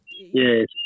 Yes